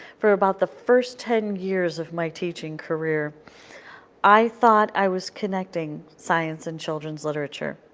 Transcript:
for about the first ten years of my teaching career i thought i was connecting science and children's literature.